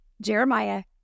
Jeremiah